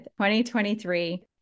2023